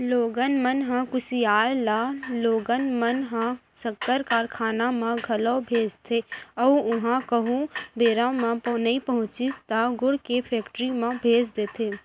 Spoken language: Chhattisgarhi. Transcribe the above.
लोगन मन ह कुसियार ल लोगन मन ह सक्कर कारखाना म घलौ भेजथे अउ उहॉं कहूँ बेरा म नइ पहुँचिस त गुड़ के फेक्टरी म भेज देथे